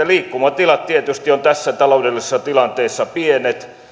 liikkumatilat tietysti ovat tässä taloudellisessa tilanteessa pienet